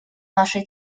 нашей